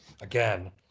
again